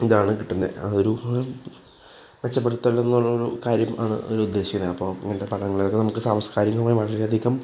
ഇതാണ് കിട്ടുന്നത് അതൊരു മെച്ചപ്പെടുത്തൽ എന്നൊരു കാര്യം ആണ് അവരുദ്ദേശിക്കുന്നത് അപ്പോള് ഇങ്ങനത്തെ പടങ്ങളെയൊക്കെ നമുക്ക് സാംസ്കാരികമായി വളരെയധികം